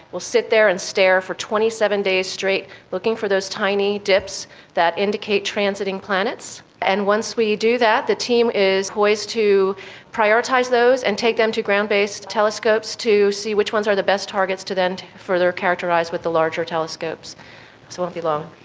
we'll sit there and stare for twenty seven days straight, looking for those tiny dips that indicate transiting planets. and once we do that, the team is poised to prioritise those and take them to ground-based telescopes to see which ones are the best targets to then further characterise with the larger telescopes. so it won't be long.